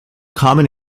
common